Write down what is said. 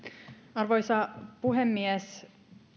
arvoisa puhemies